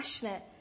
passionate